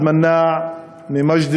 נמחקה.